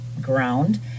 ground